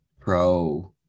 pro